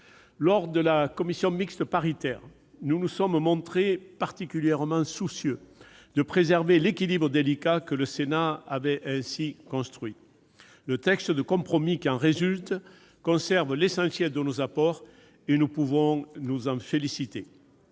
Lors de la commission mixte paritaire, nous nous sommes montrés particulièrement soucieux de préserver l'équilibre délicat que le Sénat avait ainsi construit. Le texte de compromis qui en résulte conserve l'essentiel de nos apports, et nous pouvons nous en féliciter.